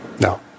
No